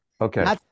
Okay